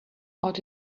out